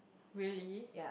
really